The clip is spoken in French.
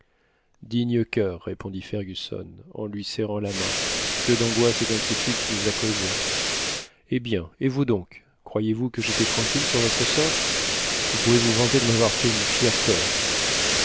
digne cur répondit fergusson en lui serrant la main que d'angoisses et d'inquiétudes tu nous a causées eh bien et vous donc croyez-vous que j'étais tranquille sur votre sort vous pouvez vous vanter de m'avoir fait une fière peur